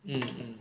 mm mm